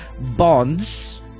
Bonds